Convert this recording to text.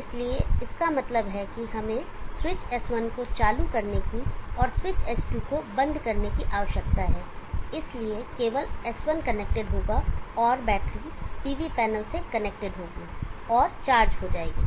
इसलिए इसका मतलब है कि हमें स्विच S1 को चालू करने की और स्विच S2 को बंद करने की आवश्यकता है और इसलिए केवल S1 कनेक्टेड होगा और बैटरी PV पैनल से कनेक्टेड होगी और चार्ज हो जाएगी